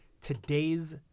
today's